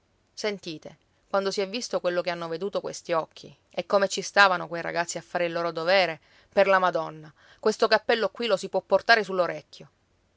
sentite quando si è visto quello che hanno veduto questi occhi e come ci stavano quei ragazzi a fare il loro dovere per la madonna questo cappello qui lo si può portare